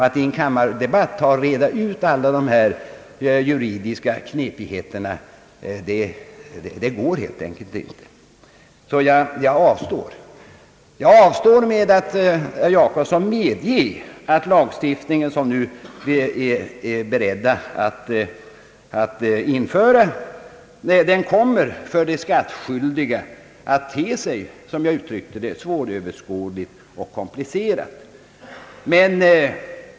Att i en kammardebatt reda ut alla juridiska knepigheter går helt enkelt inte. Jag avstår, herr Gösta Jacobsson, med att medge att den lagstiftning som vi nu är beredda att införa för de skattskyldiga kommer att te sig, som jag uttryckte det, svåröverskådlig och komplicerad.